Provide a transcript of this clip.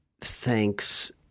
thanks